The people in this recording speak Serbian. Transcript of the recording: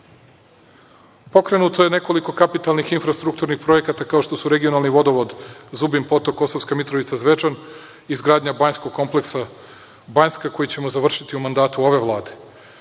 Albancima. Pokrenuto je nekoliko kapitalnih infrastrukturnih projekata, kao što su regionalni vodovod Zubin Potok-Kosovska Mitrovica-Zvečan, izgradnja banjskog kompleksa „Banjska“ koji ćemo završiti u mandatu ove vlade.